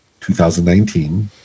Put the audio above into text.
2019